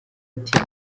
ati